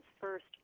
first